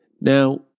Now